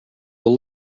will